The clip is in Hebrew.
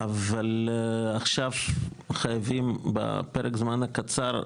עכשיו חייבים בפרק הזמן הקצר,